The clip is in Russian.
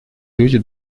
люди